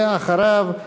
ואחריו,